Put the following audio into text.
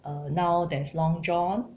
err now there's Long John